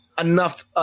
enough